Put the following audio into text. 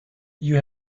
you